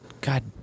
God